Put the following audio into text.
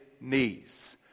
knees